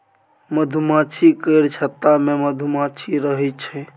मधुमाछी केर छत्ता मे मधुमाछी रहइ छै